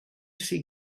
see